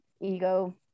ego